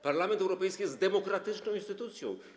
Parlament Europejski jest demokratyczną instytucją.